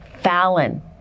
Fallon